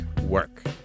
work